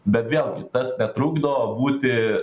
bet vėlgi tas netrukdo būti